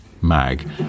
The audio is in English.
mag